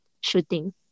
shooting